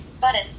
Button